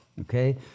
Okay